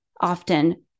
Often